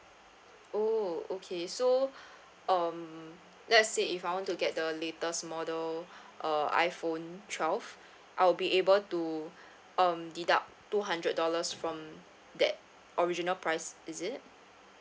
oh okay so um let's say if I want to get the latest model uh iphone twelve I'll be able to um deduct two hundred dollars from that original price is it